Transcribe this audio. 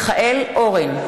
מיכאל אורן,